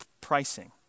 pricing